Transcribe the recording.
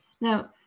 Now